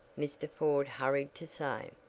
mr. ford hurried to say.